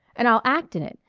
and i'll act in it.